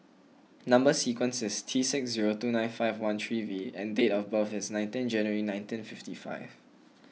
Number Sequence is T six zero two nine five one three V and date of birth is nineteenth January nineteen fifty five